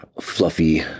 fluffy